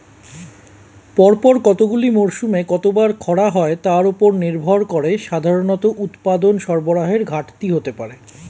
পরপর কতগুলি মরসুমে কতবার খরা হয় তার উপর নির্ভর করে সাধারণত উৎপাদন সরবরাহের ঘাটতি হতে পারে